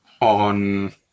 on